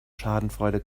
schadenfreude